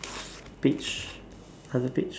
page other page